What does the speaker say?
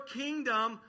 kingdom